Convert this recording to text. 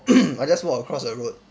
I just walk across the road